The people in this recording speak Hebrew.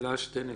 העלה שתי נקודות: